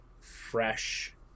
fresh